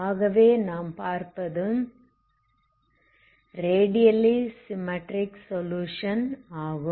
ஆகவே நாம் பார்ப்பது ரேடியலி சிமெட்ரிக் சொலுயுஷன் ஆகும்